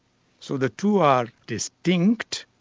so the two are distinct,